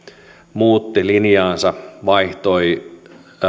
muutti linjaansa vaihtoi